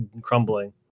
crumbling